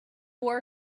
war